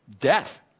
Death